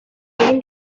egin